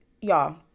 y'all